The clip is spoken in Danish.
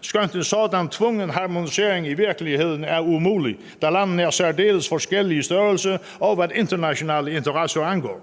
skønt en sådan tvungen harmonisering i virkeligheden er umulig, da landene er særdeles forskellige i størrelse, og hvad internationale interesser angår.